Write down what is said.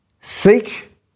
seek